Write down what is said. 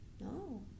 No